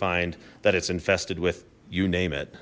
find that it's infested with you name it